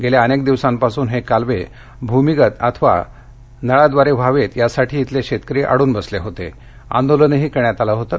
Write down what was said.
गेल्या अनेक दिवसांपासून हे कालवे भूमिगत अथवा पाईप द्वारे व्हावेत यासाठी येथील शेतकरी अडून बसले होते आंदोलनही करण्यात आलं होतं